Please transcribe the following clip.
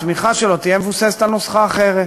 הצמיחה שלו תהיה מבוססת על נוסחה אחרת,